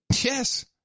Yes